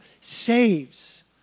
saves